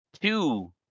two